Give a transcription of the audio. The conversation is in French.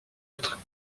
être